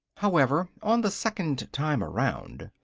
however, on the second time round,